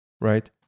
right